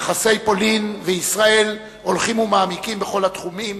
יחסי ישראל ופולין הולכים ומעמיקים בכל התחומים,